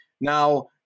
Now